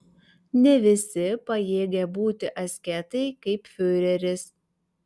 ne visi pajėgia būti asketai kaip fiureris